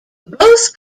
both